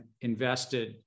invested